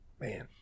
Man